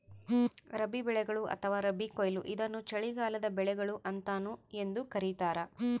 ರಬಿ ಬೆಳೆಗಳು ಅಥವಾ ರಬಿ ಕೊಯ್ಲು ಇದನ್ನು ಚಳಿಗಾಲದ ಬೆಳೆಗಳು ಅಂತಾನೂ ಎಂದೂ ಕರೀತಾರ